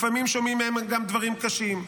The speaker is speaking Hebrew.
לפעמים שומעים מהן גם דברים קשים,